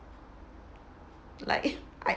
like hide